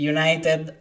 United